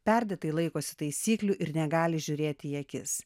perdėtai laikosi taisyklių ir negali žiūrėti į akis